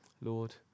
Lord